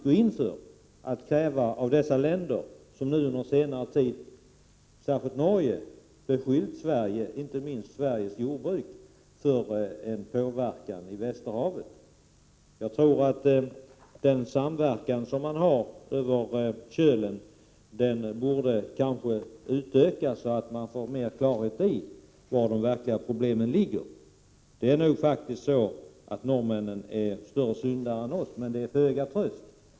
Avloppsförhållandena i Danmark och Norge är under all kritik. Jag själv, som bor i närheten av Öresund, vet det, och vi lider av det i Laholmsbukten och i Skälderviken. Den samverkan som man har över Kölen borde kanske utökas så att man får mer klarhet i var de verkliga problemen ligger. Det är nog faktiskt så att norrmännen är större syndare än vi — men det är ju föga tröst.